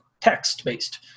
text-based